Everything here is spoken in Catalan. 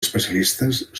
especialistes